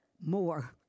more